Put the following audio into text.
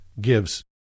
gives